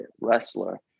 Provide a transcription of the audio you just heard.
wrestler